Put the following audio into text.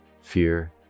fear